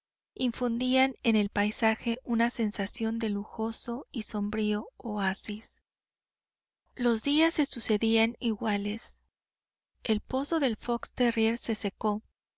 rubí infundían en el paisaje una sensación de lujoso y sombrío oasis los días se sucedían iguales el pozo del fox terrier se secó